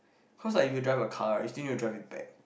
cause I will drive a car instead of drive with pad